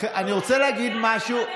מי אתה, אני רוצה להגיד משהו.